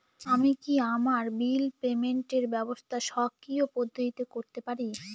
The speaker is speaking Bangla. আমি কি আমার বিল পেমেন্টের ব্যবস্থা স্বকীয় পদ্ধতিতে করতে পারি?